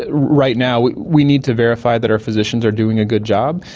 ah right now we need to verify that our physicians are doing a good job,